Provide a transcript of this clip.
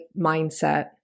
mindset